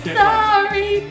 sorry